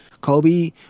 kobe